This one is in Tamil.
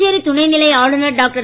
புதுச்சேரி துணைநிலை ஆளுனர் டாக்டர்